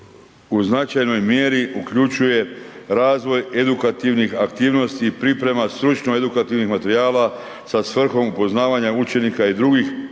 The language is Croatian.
u značajnoj mjeri uključuje razvoj edukativnih aktivnosti i priprema stručno edukativnih materijala sa svrhom upoznavanja učenika i drugih